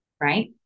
right